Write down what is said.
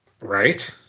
Right